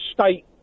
state